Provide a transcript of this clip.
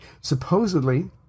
supposedly